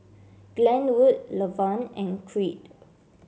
Glenwood Levon and Creed